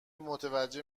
متوجه